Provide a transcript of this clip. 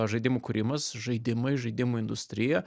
žaidimų kūrimas žaidimai žaidimų industrija